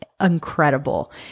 incredible